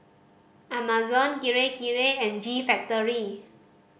Amazon Kirei Kirei and G Factory